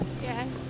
Yes